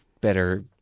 better